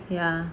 ya